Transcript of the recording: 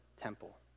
temple